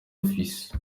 office